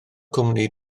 cwmni